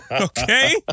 Okay